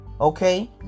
Okay